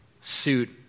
suit